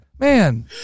Man